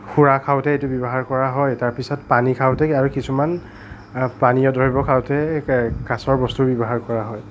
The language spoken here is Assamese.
সুৰা খাওঁতে এইটো ব্যৱহাৰ কৰা হয় তাৰপিছত পানী খাওঁতে আৰু কিছুমান পানীয় দ্ৰব্য খাওঁতে কে কাঁচৰ বস্তুবোৰ ব্যৱহাৰ কৰা হয়